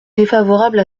défavorable